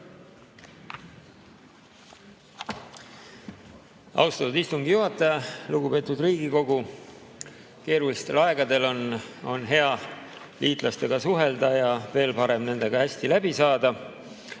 Austatud istungi juhataja! Lugupeetud Riigikogu! Keerulistel aegadel on hea liitlastega suhelda ja veel parem on nendega hästi läbi saada.